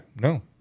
no